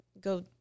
go